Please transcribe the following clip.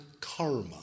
karma